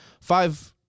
five